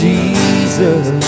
Jesus